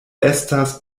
estas